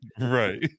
right